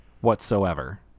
whatsoever